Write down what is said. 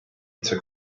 took